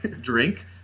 drink